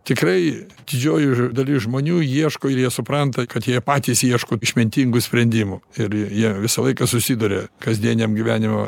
tikrai didžioji dalis žmonių ieško ir jie supranta kad jie patys ieško išmintingų sprendimų ir jie visą laiką susiduria kasdieniam gyvenimo